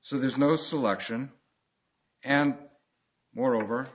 so there's no selection and moreover